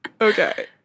Okay